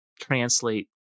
translate